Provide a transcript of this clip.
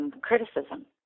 Criticism